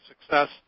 success